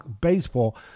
baseball